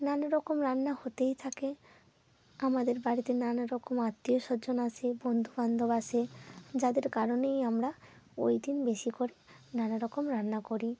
নানা রকম রান্না হতেই থাকে আমাদের বাড়িতে নানা রকম আত্মীয় স্বজন আসে বন্ধুবান্ধব আসে যাদের কারণেই আমরা ওই দিন বেশি করে নানা রকম রান্না করি